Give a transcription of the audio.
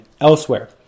elsewhere